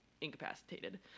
incapacitated